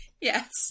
Yes